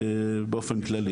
באופן כללי